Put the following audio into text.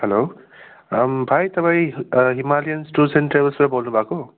hello भाइ तपाईँ Himalayans tours and ट्राभल्सबाट बोल्नु भएको